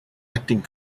acting